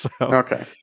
Okay